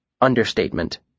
Understatement